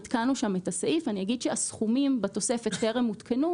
עדכנו שם את הסעיף ואני אומר שהסכומים בתוספת טרם עודכנו